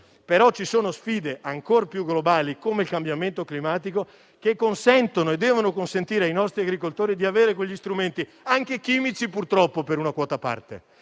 però sfide ancor più globali, come il cambiamento climatico, che devono consentire ai nostri agricoltori di avere quegli strumenti, anche chimici, purtroppo, per una quota parte,